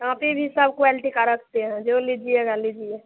copy भी सब quality का रखते हैं जो लीजिएगा लीजिए